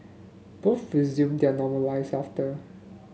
both resumed their normal lives after